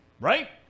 Right